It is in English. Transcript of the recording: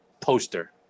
poster